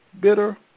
bitter